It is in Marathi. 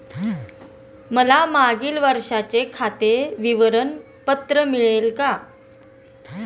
मला मागील वर्षाचे खाते विवरण पत्र मिळेल का?